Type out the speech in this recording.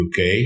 UK